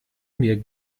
mir